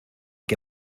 que